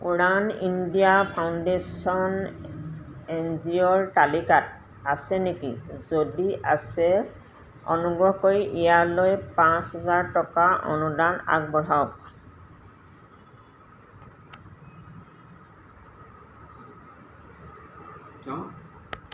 Udaan India foundation NGO ৰ তালিকাত আছে নেকি যদি আছে অনুগ্ৰহ কৰি ইয়ালৈ পাঁচ হেজাৰ টকাৰ অনুদান আগবঢ়াওক